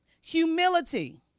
humility